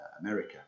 America